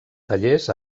tallers